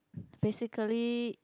basically